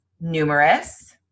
numerous